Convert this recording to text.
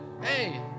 hey